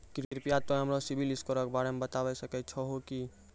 कृपया तोंय हमरा सिविल स्कोरो के बारे मे बताबै सकै छहो कि?